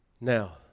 Now